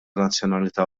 nazzjonalità